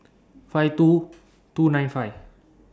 five two two nine five